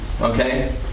Okay